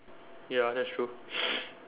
ya that's true